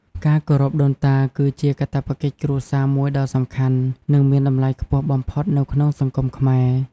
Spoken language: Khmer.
ការគោរពដូនតា គឺជាកាតព្វកិច្ចគ្រួសារមួយដ៏សំខាន់ និងមានតម្លៃខ្ពស់បំផុតនៅក្នុងសង្គមខ្មែរ។